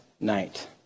night